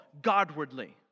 godwardly